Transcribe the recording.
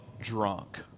drunk